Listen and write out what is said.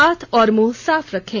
हाथ और मुंह साफ रखें